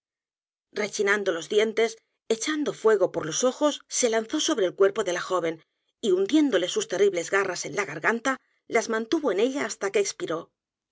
rechinando los dientes echando fuego por los ojos se lanzó sobre el cuerpo de la joven y hundiéndole sus terribles g a r r a s en la g a r g a n t a las mantuvo en ella hasta que expiró